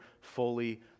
fully